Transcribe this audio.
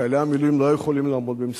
חיילי המילואים לא היו יכולים לעמוד במשימתם.